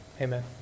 Amen